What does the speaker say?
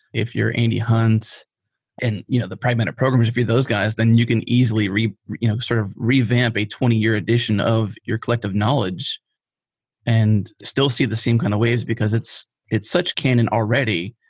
if you're andy hunt and you know the pragmatic programs, if you're those guys, then you can easily you know sort of revamp a twenty year addition of your collective knowledge and still see the same kind of waves, because it's it's such canon already.